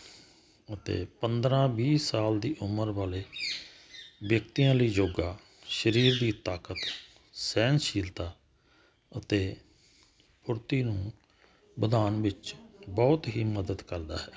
ਅਤੇ ਪੰਦਰਾਂ ਵੀਹ ਸਾਲ ਦੀ ਉਮਰ ਵਾਲੇ ਵਿਅਕਤੀਆਂ ਲਈ ਜੋਗਾ ਸਰੀਰ ਦੀ ਤਾਕਤ ਸਹਿਣਸ਼ੀਲਤਾ ਅਤੇ ਫੁਰਤੀ ਨੂੰ ਵਧਾਉਣ ਵਿੱਚ ਬਹੁਤ ਹੀ ਮਦਦ ਕਰਦਾ ਹੈ